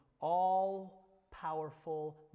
all-powerful